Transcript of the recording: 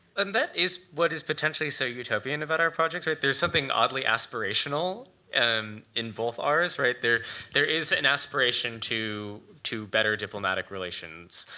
um but is what is potentially so utopian about our projects. there's something oddly aspirational and in both ours, right? there there is an aspiration to to better diplomatic relations.